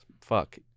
Fuck